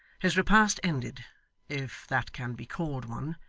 his repast ended if that can be called one,